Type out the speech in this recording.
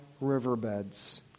riverbeds